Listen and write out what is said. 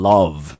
Love